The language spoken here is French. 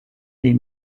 des